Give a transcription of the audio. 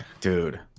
Dude